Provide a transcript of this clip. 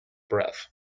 breath